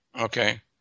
okay